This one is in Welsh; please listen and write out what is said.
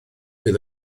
bydd